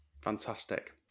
Fantastic